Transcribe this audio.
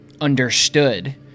understood